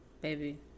baby